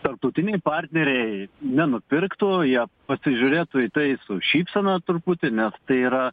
tarptautiniai partneriai nenupirktų jie pasižiūrėtų į tai su šypsena truputį nes tai yra